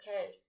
okay